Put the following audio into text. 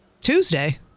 Tuesday